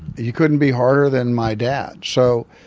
you couldn't be harder than my dad. so